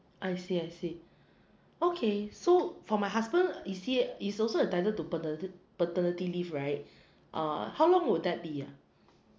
I see I see okay so for my husband is he is also entitled to paterni~ paternity leave right uh how long would that be ah